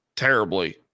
terribly